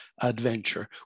adventure